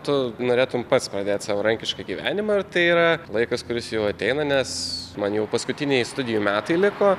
tu norėtum pats pradėt savarankišką gyvenimą ir tai yra laikas kuris jau ateina nes man jau paskutiniai studijų metai liko